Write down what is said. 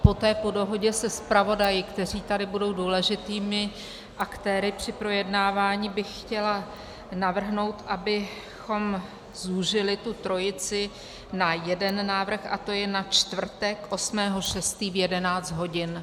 Poté po dohodě se zpravodaji, kteří tady budou důležitými aktéry při projednávání, bych chtěla navrhnout, abychom zúžili tu trojici na jeden návrh, a to je čtvrtek 8. 6. v 11 hodin.